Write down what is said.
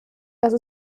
dass